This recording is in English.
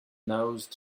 nose